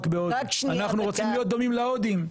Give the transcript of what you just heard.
אנחנו רוצים להיות דומים להודים,